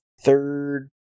third